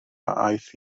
aeth